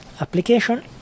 application